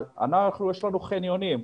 יש לנו חניונים,